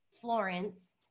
Florence